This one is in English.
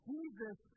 Jesus